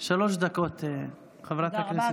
שלוש דקות, חברת הכנסת גילה גמליאל.